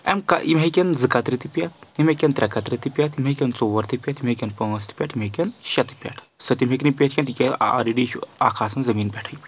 یِم ہیٚکن زٕ کَترٕ تہِ پیٚتھ یِم ہیٚکن ترٛےٚ کَترٕ تہِ پؠتھ یِم ہیٚکن ژور تہِ پؠتھ یِم ہیٚکن پانٛژھ تہِ پؠٹھ یِم ہیٚکن شیٚتہٕ پؠٹھ سٔتِم ہیٚکہِ نہٕ پیٚتھ کینٛہہ تِکیازِ آلریڈی چھُ اکھ آسان زٔمیٖن پؠٹھٕے